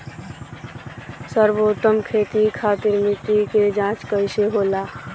सर्वोत्तम खेती खातिर मिट्टी के जाँच कइसे होला?